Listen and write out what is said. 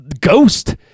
ghost